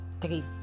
three